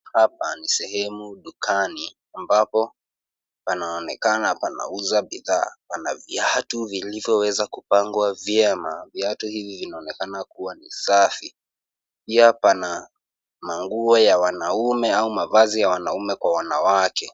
Hapa ni sehemu dukani ambapo panaonekana panauza bidhaa, pana viatu vilivyoweza kupangwa vyema viatu hivi vinaonekana kua ni safi. Pia pana manguo ya wanaume au mavazi ya wanaume kwa wanawake.